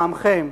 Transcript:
מטעמכם,